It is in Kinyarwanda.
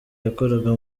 yakoraga